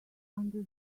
under